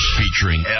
featuring